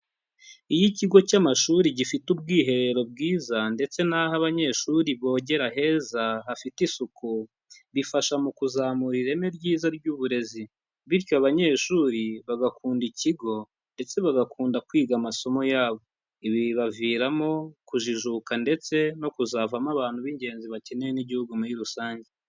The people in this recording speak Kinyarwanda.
Iyo ikigo cy'amashuri gifite ubwiherero bwiza ndetse n'aho abanyeshuri bogera heza hafite isuku bifasha mu kuzamura ireme ryiza ry'uburezi, bityo abanyeshuri bagakunda ikigo ndetse bagakunda kwiga amasomo yabo. Ibi bibaviramo kujijuka ndetse no kuzavamo abantu b'ingenzi bakeneye n'igihugu muri rusange.